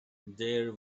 there